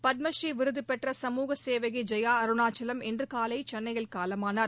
பத்ம ஸ்ரீ விருது பெற்ற சமூக சேவகி ஜெயா அருணாச்சலம் இன்று காலை சென்னையில் காலமானார்